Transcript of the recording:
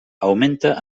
augmenta